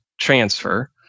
transfer